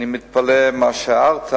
אני מתפלא על מה שהערת,